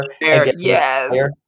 Yes